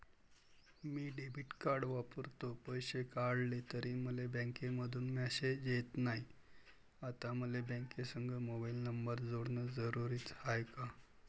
मी debit card वापरतो, पैसे काढले तरी मले बँकेमंधून मेसेज येत नाय, आता मले बँकेसंग मोबाईल नंबर जोडन जरुरीच हाय का?